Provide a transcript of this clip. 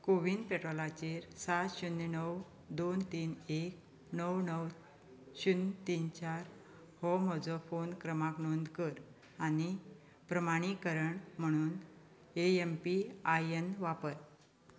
कोविन पोर्टलाचेर सात शुन्य णव दोन तीन एक णव णव शुन्य तीन चार हो म्हजो फोन क्रमांक नोंद कर आनी प्रमाणीकरण म्हुणून एमपीआयएन वापर